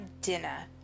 dinner